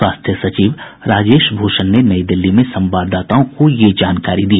स्वास्थ्य सचिव राजेश भूषण ने नई दिल्ली में संवाददाताओं को यह जानकारी दी